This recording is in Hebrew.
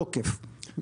כן, זו המשמעות.